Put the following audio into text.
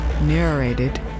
narrated